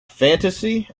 fantasy